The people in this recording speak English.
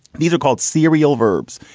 these are called serial verbs.